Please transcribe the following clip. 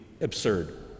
absurd